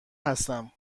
هستم